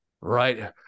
right